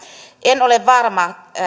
en ole varma